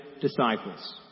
disciples